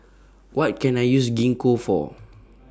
What Can I use Gingko For